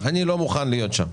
אני לא מוכן להיות שם.